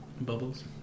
Bubbles